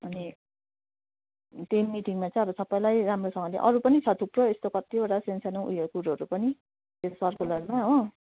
अनि त्यही मिटिङमा चाहिँ अब सबैलाई राम्रोसँगले अरू पनि छ थुप्रो अरू कतिवटा सानसानो उयो कुरोहरू पनि त्यो सर्कुलरमा हो